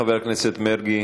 חבר הכנסת מרגי,